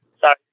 Sorry